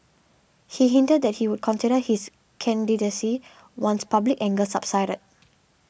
he hinted that he would consider his candidacy once public anger subsided